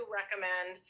recommend